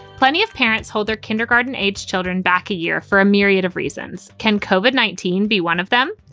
plenty of parents hold their kindergarten age children back a year for a myriad of reasons. can covid nineteen be one of them?